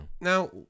Now